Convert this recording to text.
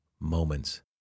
Moments